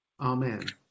Amen